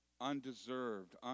undeserved